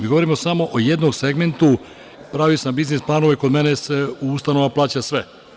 Mi govorimo samo o jednom segmentu, pravio sam biznis planove, kod mene ustanova plaća sve.